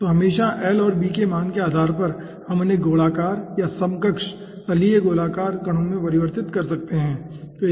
तो हमेशा l और b के मान के आधार पर हम उन्हें गोलाकार या समकक्ष तलीय गोलाकार कणों में परिवर्तित कर सकते हैं ठीक है